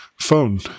phone